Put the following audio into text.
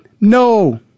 No